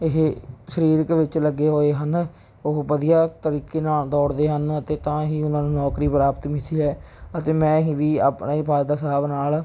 ਇਹ ਸਰੀਰਕ ਵਿੱਚ ਲੱਗੇ ਹੋਏ ਹਨ ਉਹ ਵਧੀਆ ਤਰੀਕੇ ਨਾਲ ਦੌੜਦੇ ਹਨ ਅਤੇ ਤਾਂ ਹੀ ਉਨ੍ਹਾਂ ਨੂੰ ਨੌਕਰੀ ਪ੍ਰਾਪਤ ਮਿਥੀ ਹੈ ਅਤੇ ਮੈਂ ਹੀ ਵੀ ਆਪਣੇ ਫਾਦਰ ਸਾਹਿਬ ਨਾਲ